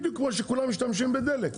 בדיוק כמו שכולם משתמשים בדלק.